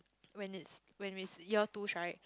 when it's when it's year two right